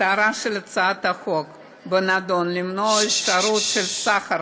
מטרת הצעת החוק היא למנוע אפשרות של סחר,